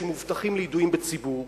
שמובטחים לידועים בציבור,